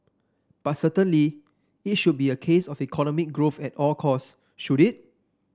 but certainly it should be a case of economic growth at all costs should it